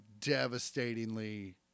devastatingly